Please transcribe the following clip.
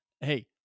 Hey